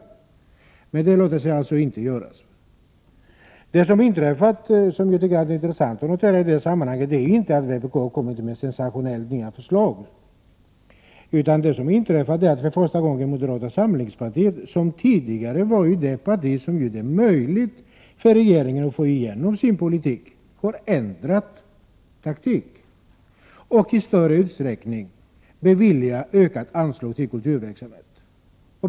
Men det låter sig ju inte göra. Det som inträffat och som är intressant i detta sammanhang är inte att vpk kommit med sensationellt nya förslag. Det som har inträffat är att moderata samlingspartiet, som tidigare var det parti som gjorde det möjligt för regeringen att få igenom sin politik, för första gången har ändrat taktik och nui större utsträckning föreslår ökade anslag till kulturverksamhet.